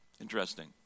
interesting